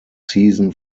season